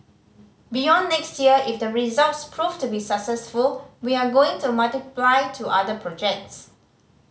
beyond next year if the results proved to be successful we are going to multiply to other projects